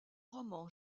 roman